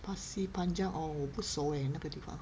pasir panjang oh 我不熟 eh 那个地方